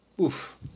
Oof